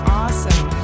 awesome